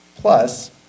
plus